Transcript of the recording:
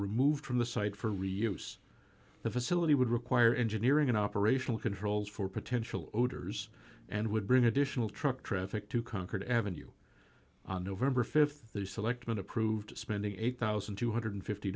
removed from the site for reuse the facility would require engineering and operational controls for potential odors and would bring additional truck traffic to concord evan you on november th the selectmen approved spending eight thousand two hundred and fifty